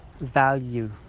value